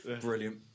Brilliant